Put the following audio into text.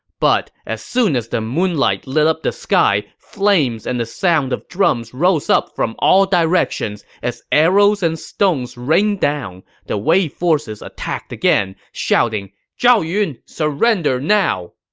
but as soon as the moonlight lit up the sky, flames and the sound of drums rose up from all directions as arrows and stones rained down. the wei forces attacked again, shouting, zhao yun, surrender now!